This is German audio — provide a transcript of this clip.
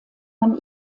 man